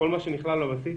כל מה שנכלל בבסיס,